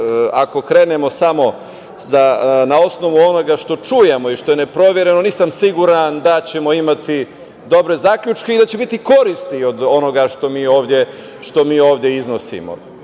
Ako krenemo samo na osnovu onoga što čujemo i što je neprovereno, nisam siguran da ćemo imati dobre zaključke i da će biti koristi od onoga što mi ovde iznosimo.